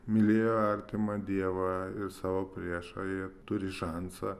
mylėjo artimą dievą ir savo priešą jie turi šansą